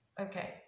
okay